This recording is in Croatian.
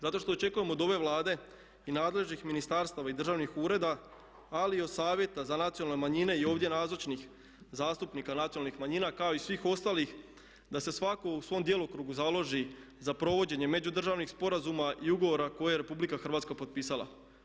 Zato što očekujem od ove Vlade i nadležnih ministarstava i državnih ureda, ali i od Savjeta za nacionalne manjine i ovdje nazočnih zastupnika nacionalnih manjina kao i svih ostalih da se svatko u svom djelokrugu založi za provođenje međudržavnih sporazuma i ugovora koje je Republika Hrvatska potpisala.